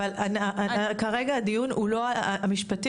אבל הדיון כרגע הוא לא המשפטי,